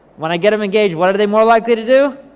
when i get em engaged, what are they more likely to do?